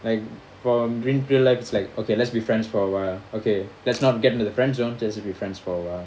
like for in real life it's like okay let's be friends for awhile okay let's not get into the friend zone just be friends for awhile